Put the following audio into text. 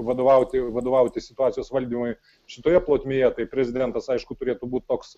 vadovauti vadovauti situacijos valdymui šitoje plotmėje tai prezidentas aišku turėtų būt toks